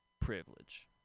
privilege